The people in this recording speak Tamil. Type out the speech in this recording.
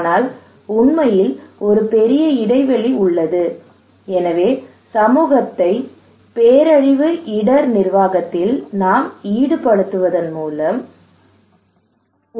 ஆனால் உண்மையில் ஒரு பெரிய இடைவெளி உள்ளது எனவே சமூகத்தை பேரழிவு இடர் நிர்வாகத்தில் நாம் ஈடுபடுத்த வேண்டும்